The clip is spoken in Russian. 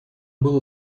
было